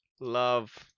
love